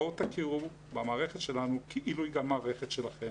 בואו תכירו במערכת שלנו כאילו היא גם מערכת שלכם,